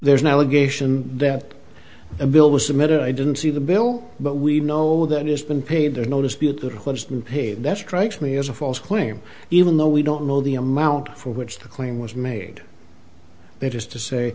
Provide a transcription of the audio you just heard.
there's no allegation that a bill was submitted i didn't see the bill but we know that it's been paid there's no dispute that has been paid that strikes me as a false claim even though we don't know the amount for which the claim was made they just to say